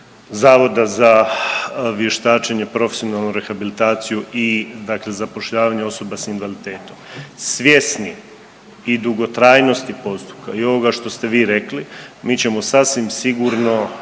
Zavoda za vještačenje, profesionalnu rehabilitaciju i zapošljavanje osoba s invaliditetom, svjesni i dugotrajnosti postupka i ovoga što ste vi rekli, mi ćemo sasvim sigurno